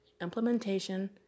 implementation